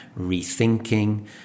rethinking